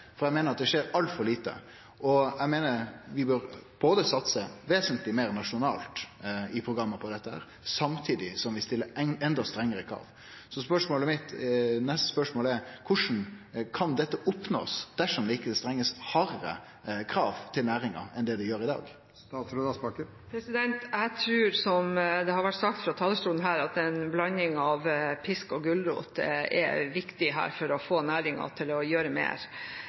for eg meiner at det skjer altfor lite. Eg meiner at vi bør både satse vesentleg meir nasjonalt i programmet på dette og stille enda strengare krav. Så mitt neste spørsmål er: Korleis kan dette oppnåast dersom det ikkje blir stilt hardare krav til næringa enn det det gjer i dag? Jeg tror at en blanding av pisk og gulrot – som det har vært sagt fra talerstolen her – er viktig for å få næringen til å